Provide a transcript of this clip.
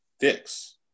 fix